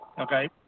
Okay